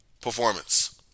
performance